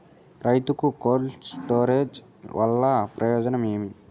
రైతుకు cold storage వల్ల ప్రయోజనం ఏమి?